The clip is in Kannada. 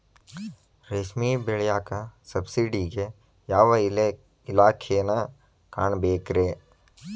ರೇಷ್ಮಿ ಬೆಳಿಯಾಕ ಸಬ್ಸಿಡಿಗೆ ಯಾವ ಇಲಾಖೆನ ಕಾಣಬೇಕ್ರೇ?